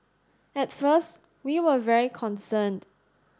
at first we were very concerned